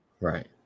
Right